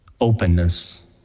openness